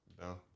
No